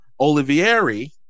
Olivieri